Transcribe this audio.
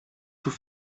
sous